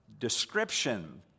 description